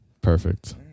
Perfect